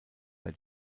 bei